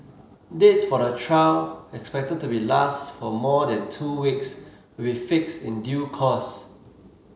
dates for the trial expected to be last for more than two weeks will be fixed in due course